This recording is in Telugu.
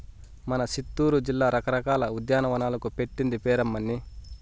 మన సిత్తూరు జిల్లా రకరకాల ఉద్యానవనాలకు పెట్టింది పేరమ్మన్నీ